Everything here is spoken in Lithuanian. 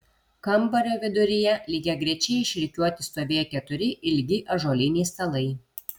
kambario viduryje lygiagrečiai išrikiuoti stovėjo keturi ilgi ąžuoliniai stalai